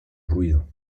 ruido